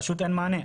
פשוט אין מענה.